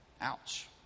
Ouch